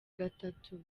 gatatu